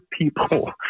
people